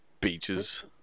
Beaches